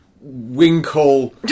winkle